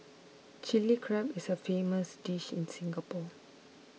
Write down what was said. Chilli Crab is a famous dish in Singapore